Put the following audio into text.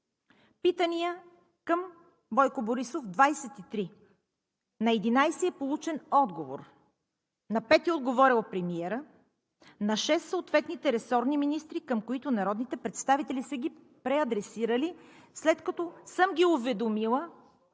Питания към Бойко Борисов – 23. На 11 е получен отговор, на 5 е отговорил премиерът, на 6 – съответните ресорни министри, към които народните представители са ги преадресирали, след като съм ги уведомила за